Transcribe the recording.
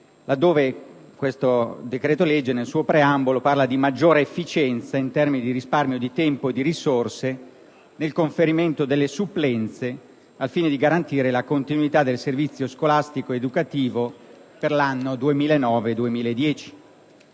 laddove parla di «consentire una maggiore efficienza in termini di risparmio di tempo e di risorse nel conferimento delle supplenze, al fine di garantire la continuità del servizio scolastico ed educativo per l'anno 2009-2010».